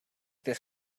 this